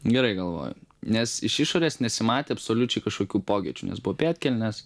gerai galvoju nes iš išorės nesimatė absoliučiai kažkokių pokyčių nes buvo pėdkelnės